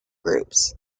groups